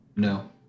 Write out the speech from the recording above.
no